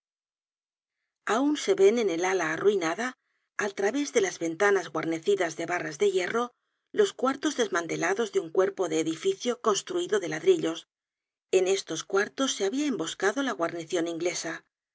aun se ven en el ala arruinada al través de las ventanas guarnecidas de barras de hierro los cuartos desmantelados de un cuerpo de edificio construido de ladrillos en estos cuartos se habia emboscado la guarnicion inglesa la